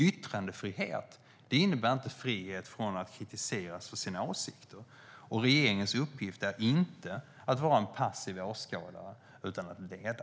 Yttrandefrihet innebär inte frihet från att kritiseras för sina åsikter, och regeringens uppgift är inte att vara en passiv åskådare utan att leda.